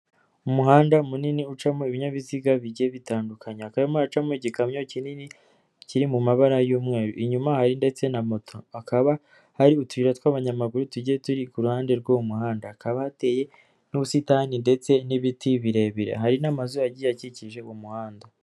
Umuhanda munini ucamo ibinyabiziga bijye bitandukanye. Hakaba harimo haracamo igikamyo kinini kiri mu mabara y'umweru. Inyuma hari ndetse na moto. Hakaba hari utuyira tw'abanyamaguru tujye turi ku ruhande rw'uwo muhanda. Hakaba hateye n'ubusitani ndetse n'ibiti birebire. Hari n'amazu yagiye akikije uwo muhanda.